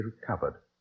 recovered